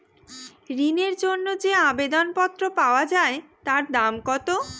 ঋণের জন্য যে আবেদন পত্র পাওয়া য়ায় তার দাম কত?